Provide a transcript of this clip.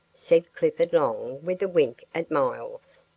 said clifford long, with a wink at miles.